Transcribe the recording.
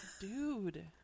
Dude